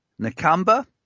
Nakamba